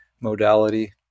modality